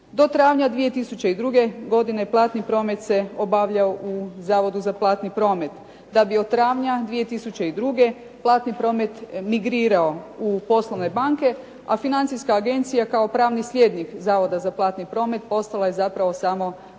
Do travnja 2002. godine platni promet se obavljao u Zavodu za platni promet, da bi od travnja 2002. platni promet migrirao u poslovne banke, a financijska agencija kao pravni slijednik Zavoda za platni promet postala je zapravo samo